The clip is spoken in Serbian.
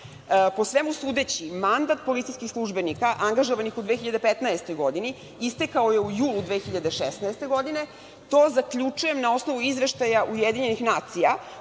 Po svemu sudeći, mandat policijskih službenika, angažovanih u 2015. godini, istekao je u julu 2016. godine. To zaključujem na osnovu izveštaja UN u kojima